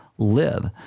live